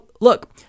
look